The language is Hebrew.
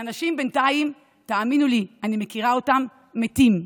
ואנשים בינתיים, תאמינו לי, אני מכירה אותם, מתים.